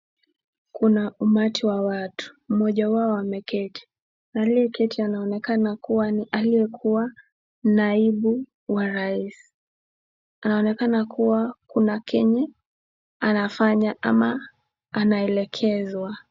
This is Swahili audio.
Kuna umati wa watu, mmoja wao ameketi. Aliyeketi anaonekana ni aliyekuwa naibu wa rais. Anaonekana kuwa kuna chenye anafanya ama anaelekezwa.